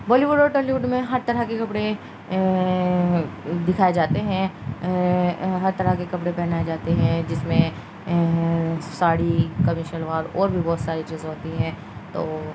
بالی would اور Tollywood میں ہر طرح کے کپڑے دکھائے جاتے ہیں ہر طرح کے کپڑے پہنائے جاتے ہیں جس میں ساڑی کمیی شلوار اور بھی بہت ساری چیزیں ہوتی ہیں تو